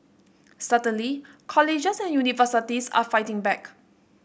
certainly colleges and universities are fighting back